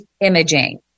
imaging